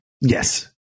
Yes